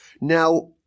Now